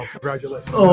Congratulations